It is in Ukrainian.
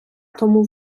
тому